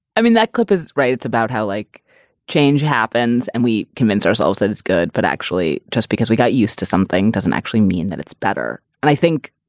i mean, that clip is right, it's about how like change happens and we convince ourselves that it's good, but actually just because we got used to something doesn't actually mean that it's better. and i think.